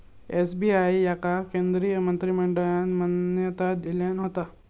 SBI याका केंद्रीय मंत्रिमंडळान मान्यता दिल्यान होता